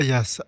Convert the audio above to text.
Yes